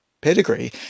pedigree